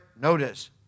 notice